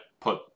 put